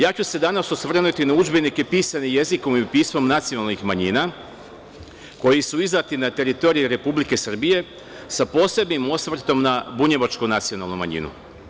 Ja ću se danas osvrnuti na udžbenike pisane jezikom pismom nacionalnih manjina, koji su izdati na teritoriji Republike Srbije, sa posebnim osvrtom na bunjevačku nacionalnu manjinu.